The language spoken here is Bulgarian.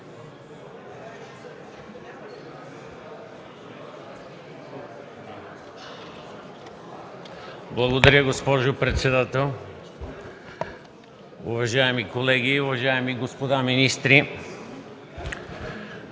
Благодаря, госпожо председател. Уважаеми колеги, уважаеми господа министри!